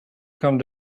come